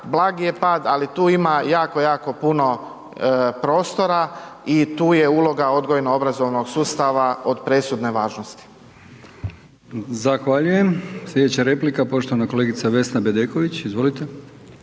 blagi je pad, ali tu ima jako, jako puno prostora i tu je uloga odgojno obrazovnog sustava od presudne važnosti. **Brkić, Milijan (HDZ)** Zahvaljujem. Slijedeća replika poštovana kolegica Vesna Bedeković, izvolite.